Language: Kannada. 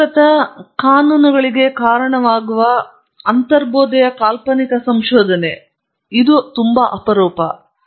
ಏಕೀಕೃತ ಕಾನೂನುಗಳಿಗೆ ಕಾರಣವಾಗುವ ಮೊದಲ ಅಂತರ್ಬೋಧೆಯ ಕಾಲ್ಪನಿಕ ಸಂಶೋಧನೆ ಇದು ಅಪರೂಪ